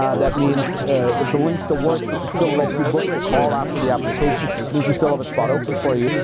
um that means if the links don't work, if it still lets you book the call after the application, means we still have a spot open for you.